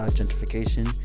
gentrification